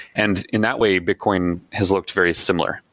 and in that way, bitcoin has looked very similar.